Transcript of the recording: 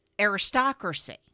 aristocracy